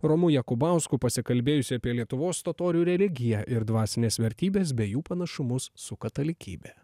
romu jakubausku pasikalbėjusi apie lietuvos totorių religiją ir dvasines vertybes bei jų panašumus su katalikybe